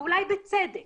ואולי בצדק